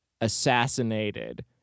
assassinated